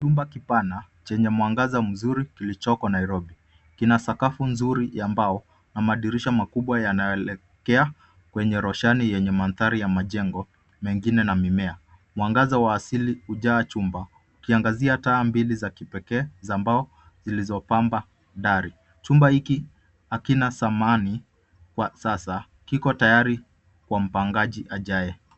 Nyumba kipana chenye mwangaza mzuri kilichoko Nairobi, kina sakafu mzuri ya mbao na madirisha makubwa yanaoelekea kwenye roshani yenye mandhari ya majengo mengine na mimea , mwangaza wa asili hujaa chumba uki angazia taa mbili za kipekee za mbao zilizo pamba dari. Chumba hiki hakina samani kwa sasa kiko tayari kwa mpangaji ajaye.